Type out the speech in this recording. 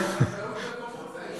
חקלאות בקומות צריך.